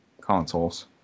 consoles